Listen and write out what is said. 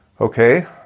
Okay